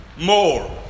more